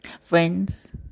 Friends